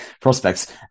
prospects